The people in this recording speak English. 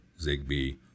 ZigBee